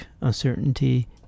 uncertainty